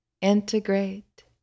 Integrate